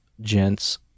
gents